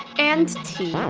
and t.